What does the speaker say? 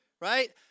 Right